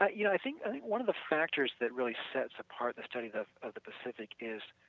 ah you know i think i think one of the factors that really sets apart the studies of of the pacific is